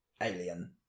Alien